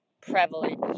prevalent